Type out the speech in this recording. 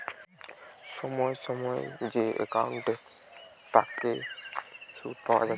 সময় সময় যে একাউন্টের তাকে সুধ পাওয়া যাইতেছে